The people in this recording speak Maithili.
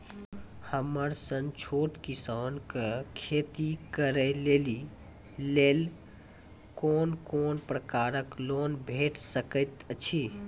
हमर सन छोट किसान कअ खेती करै लेली लेल कून कून प्रकारक लोन भेट सकैत अछि?